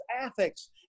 ethics